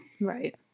Right